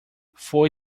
foi